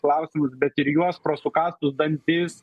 klausimus bet ir juos pro sukąstus dantis